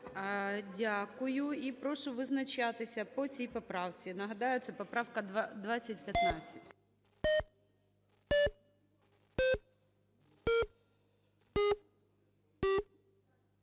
Дякую. І прошу визначатися по цій поправці. Нагадаю, це поправка 2015.